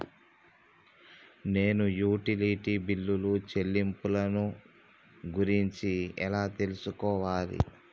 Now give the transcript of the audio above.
నేను utility bill చెల్లింపులను గురించి ఎలా తెలుసుకోవాలి?